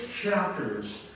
chapters